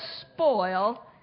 spoil